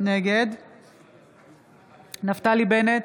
נגד נפתלי בנט,